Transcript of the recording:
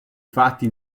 fatti